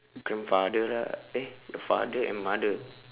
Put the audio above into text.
grandfather lah eh your father and mother